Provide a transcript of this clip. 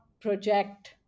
project